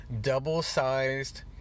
double-sized